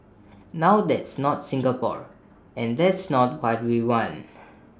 now that's not Singapore and that's not why we want